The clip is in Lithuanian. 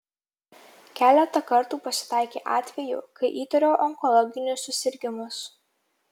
keletą kartų pasitaikė atvejų kai įtariau onkologinius susirgimus